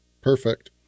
Perfect